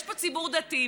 יש פה ציבור דתי,